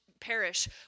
parish